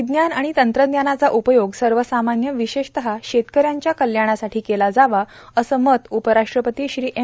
विज्ञान आर्माण तंत्रज्ञानाचा उपयोग सवसामान्य विशेषत शेतकऱ्यांच्या कल्याणासाठी केला जावा असं मत उपराष्ट्रपती श्री एम